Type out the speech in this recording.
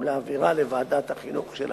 ולהעבירה לוועדת החינוך של הכנסת.